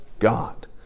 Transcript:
God